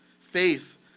Faith